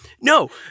No